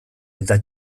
eta